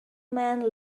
man